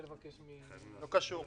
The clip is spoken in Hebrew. לא קשור.